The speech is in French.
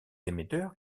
émetteurs